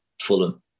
Fulham